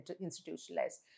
institutionalized